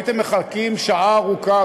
הייתם מחכים שעה ארוכה,